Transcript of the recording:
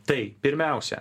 tai pirmiausia